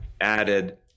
added